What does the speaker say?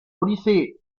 odyssee